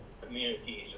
communities